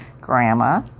grandma